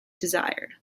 desired